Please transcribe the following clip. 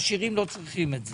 העשירים לא צריכים את זה.